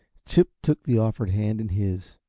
chip took the offered hand in his.